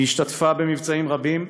היא השתתפה במבצעים רבים,